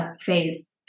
phase